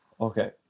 Okay